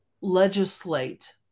legislate